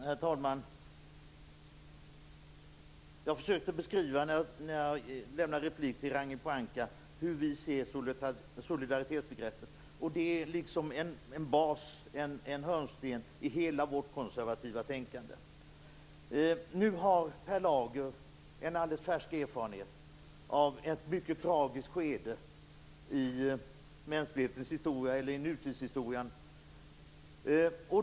Herr talman! Jag försökte i min replik till Ragnhild Pohanka beskriva vår syn på solidaritetsbegreppet. Det är liksom en bas, en hörnsten, i hela vårt konservativa tänkande. Nu har Per Lager en alldeles färsk erfarenhet av ett mycket tragiskt skede i nutidshistorian.